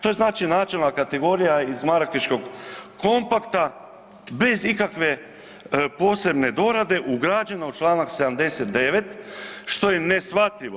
To je znači načelna kategorija iz Marakeškog kompakta bez ikakve posebne dorade ugrađena u čl. 79. što je neshvatljivo.